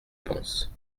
pense